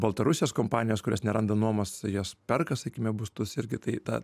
baltarusijos kompanijos kurios neranda nuomos jos perka sakykime būstus irgi tai ta